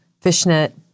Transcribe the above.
fishnet